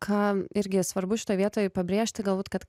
ką irgi svarbu šitoj vietoj pabrėžti galbūt kad